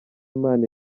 imana